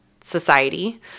society